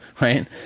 Right